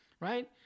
Right